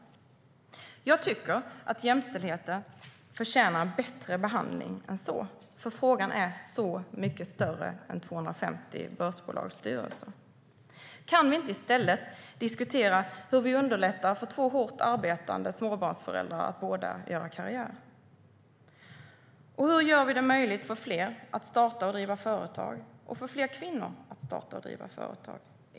Jag tycker att jämställdheten förtjänar en bättre behandling än så, för frågan är så mycket större än 250 börsbolagsstyrelser. Kan vi inte i stället diskutera hur vi underlättar för två hårt arbetande småbarnsföräldrar att göra karriär? Hur gör vi det möjligt för fler att starta och driva företag och få fler kvinnor att starta och driva företag?